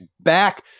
back